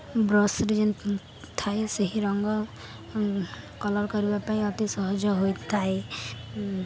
ବ୍ରସ୍ରେ ଯେନ୍ ଥାଏ ସେହି ରଙ୍ଗ କଲର୍ କରିବା ପାଇଁ ଅତି ସହଜ ହୋଇଥାଏ